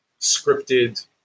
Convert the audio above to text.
scripted